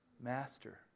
master